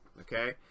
Okay